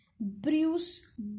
Bruce